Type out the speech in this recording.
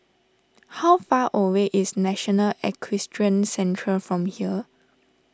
how far away is National Equestrian Centre from here